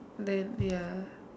then ya